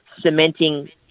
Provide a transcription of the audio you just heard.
cementing